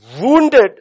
wounded